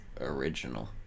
original